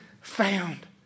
found